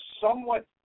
somewhat